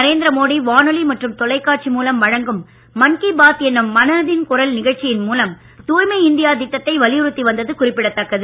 நரேந்திரமோடி வானொலி மற்றும் தொலைக்காட்சி மூலம் வழங்கும் மன்கி பாத் எனும் மனதின் குரல் நிகழ்ச்சியின் மூலம் தாய்மை இந்தியா திட்டத்தை வலியுறுத்தி வந்தது குறிப்பிடத்தக்கது